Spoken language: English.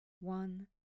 one